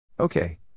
Okay